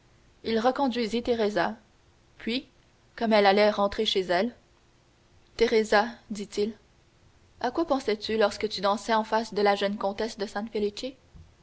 il reconduisit teresa puis comme elle allait rentrer chez elle teresa dit-il à quoi pensais-tu lorsque tu dansais en face de la jeune comtesse de